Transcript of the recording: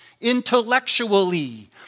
Intellectually